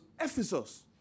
Ephesus